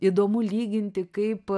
įdomu lyginti kaip